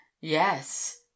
Yes